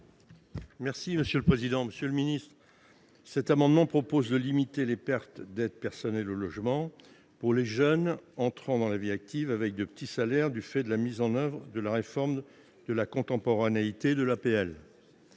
Merci monsieur le président, Monsieur le Ministre, cet amendement propose de limiter les pertes d'être personne et le logement pour les jeunes entrant dans la vie active avec de petits salaires, du fait de la mise en oeuvre et de la réforme de la contemporanéité de l'APL,